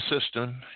system